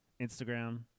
Instagram